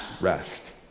rest